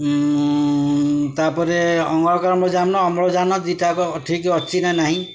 ତା'ପରେ ଅମ୍ଲଜାନ ଦୁଇଟାଯାକ ଠିକ୍ ଅଛି ନା ନାହିଁ